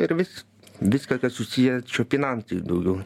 ir vis viską kas susiję su finansais daugiau